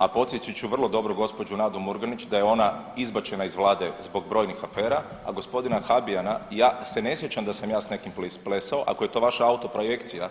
A podsjetit ću vrlo dobro gospođu Nadu Murganić da je ona izbačena iz Vlade zbog brojnih afera, a gospodina Habijana ja se ne sjećam da sam ja s nekim plesao, ako je to vaša autoprojekcija,